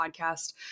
podcast